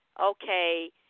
okay